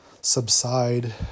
subside